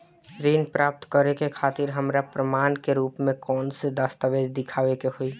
ऋण प्राप्त करे के खातिर हमरा प्रमाण के रूप में कउन से दस्तावेज़ दिखावे के होइ?